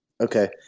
Okay